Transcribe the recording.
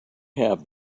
have